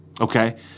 okay